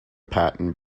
patton